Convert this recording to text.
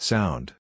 Sound